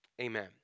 Amen